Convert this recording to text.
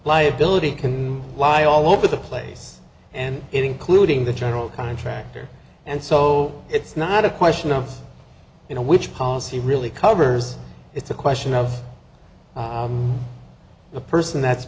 liability can lie all over the place and including the general contractor and so it's not a question of you know which policy really covers it's a question of the person that's